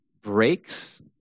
breaks